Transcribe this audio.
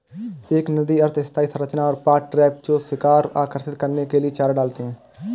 एक नदी अर्ध स्थायी संरचना और पॉट ट्रैप जो शिकार को आकर्षित करने के लिए चारा डालते हैं